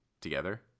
together